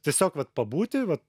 tiesiog vat pabūti va